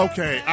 Okay